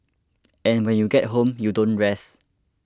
and when you get home you don't rest